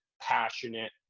passionate